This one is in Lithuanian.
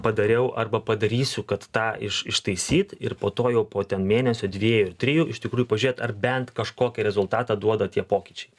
padariau arba padarysiu kad tą iš ištaisyt ir po to jau po ten mėnesio dviejų trijų iš tikrųjų pažiūrėt ar bent kažkokį rezultatą duoda tie pokyčiai